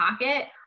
pocket